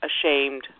ashamed